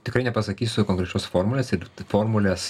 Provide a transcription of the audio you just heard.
tikrai nepasakysiu konkrečios formulės ir formulės